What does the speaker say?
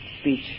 speech